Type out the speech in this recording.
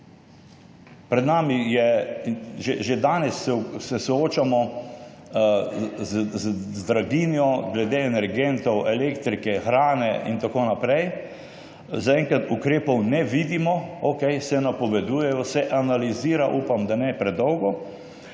drugačen. Že danes se soočamo z draginjo glede energentov, elektrike, hrane in tako naprej. Zaenkrat ukrepov ne vidimo. Okej, se napovedujejo, se analizira, upam, da ne predolgo,